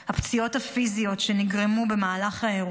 הפציעות הפיזיות שנגרמו במהלך האירוע